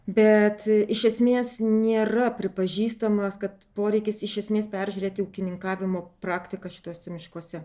bet iš esmės nėra pripažįstamas kad poreikis iš esmės peržiūrėti ūkininkavimo praktiką šituose miškuose